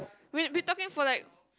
we we talking for like